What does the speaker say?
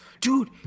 Dude